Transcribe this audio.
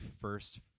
first